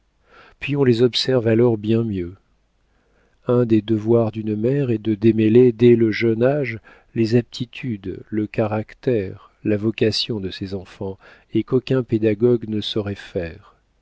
puis on les observe alors bien mieux un des devoirs d'une mère est de démêler dès le jeune âge les aptitudes le caractère la vocation de ses enfants ce qu'aucun pédagogue ne saurait faire